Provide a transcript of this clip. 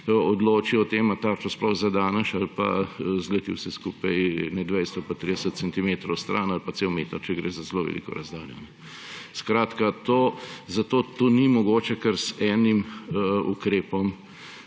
odloči o tem, ali tarčo sploh zadeneš ali pa zleti vse skupaj 20 ali pa 30 centimetrov stran ali pa cel meter, če gre za zelo veliko razdaljo. Zato tu ni mogoče kar z enim ukrepom